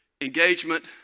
engagement